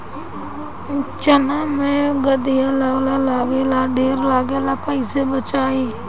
चना मै गधयीलवा लागे ला ढेर लागेला कईसे बचाई?